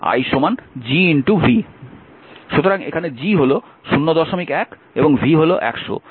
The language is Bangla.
সুতরাং এখানে G হল 01 এবং v হল 100